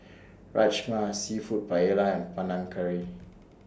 Rajma Seafood Paella Panang Curry